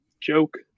joke